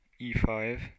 e5